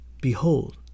Behold